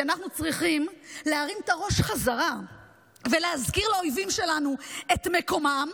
כי אנחנו צריכים להרים את הראש חזרה ולהזכיר לאויבים שלנו את מקומם,